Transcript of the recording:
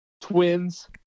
Twins